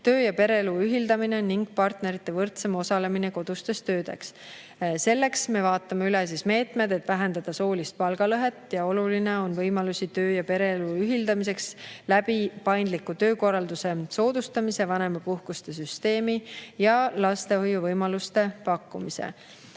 töö ja pereelu ühildamine ning partnerite võrdsem osalemine kodustes töödes. Selleks me vaatame üle meetmed, et vähendada soolist palgalõhet. Oluline on parandada võimalusi töö ja pereelu ühildamiseks paindliku töökorralduse soodustamise, vanemapuhkusesüsteemi ja lastehoiu võimaluste pakkumise